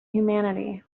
humanity